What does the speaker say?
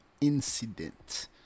incident